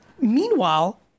Meanwhile